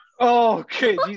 Okay